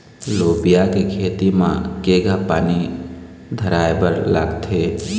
लोबिया के खेती म केघा पानी धराएबर लागथे?